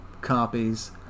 copies